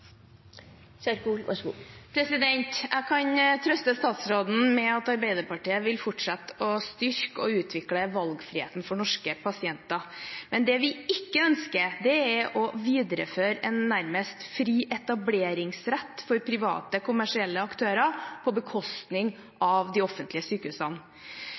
utvikle valgfriheten for norske pasienter. Men det vi ikke ønsker, er å videreføre en nærmest fri etableringsrett for private, kommersielle aktører på bekostning av de offentlige sykehusene.